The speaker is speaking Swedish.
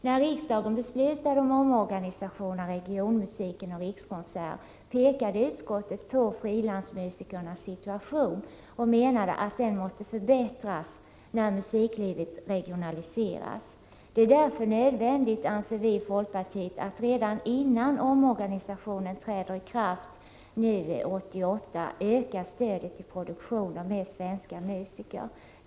När riksdagen beslutade om en omorganisation av regionmusiken och Rikskonserter pekade utskottet på frilansmusikernas situation och menade att den måste förbättras när musiklivet regionaliseras. Vi i folkpartiet anser att det därför är nödvändigt att redan innan omorganisationen träder i kraft nu 1988 öka stödet till produktioner med svenska musiker.